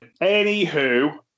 Anywho